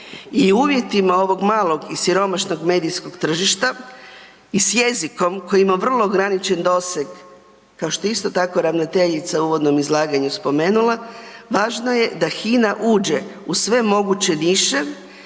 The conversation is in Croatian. u uvjetima ovog malog i siromašnog medijskog tržišta i jezikom koji ima vrlo ograničen doseg, kao što isto tako ravnateljica u uvodnom izlaganju spomenula, važno je da HINA uđe u sve moguće niše